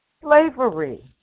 Slavery